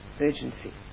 urgency